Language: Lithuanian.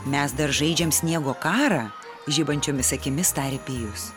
mes dar žaidžiam sniego karą žibančiomis akimis tarė pijus